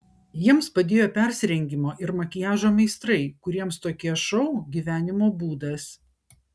jiems padėjo persirengimo ir makiažo meistrai kuriems tokie šou gyvenimo būdas